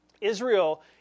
Israel